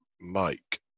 Mike